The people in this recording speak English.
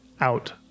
out